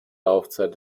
laufzeit